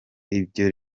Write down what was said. ibyo